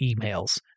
emails